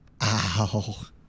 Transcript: Ow